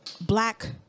Black